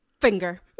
Finger